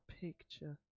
picture